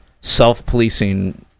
self-policing